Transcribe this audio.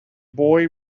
boy